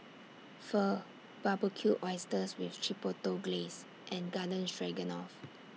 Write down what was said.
Pho Barbecued Oysters with Chipotle Glaze and Garden Stroganoff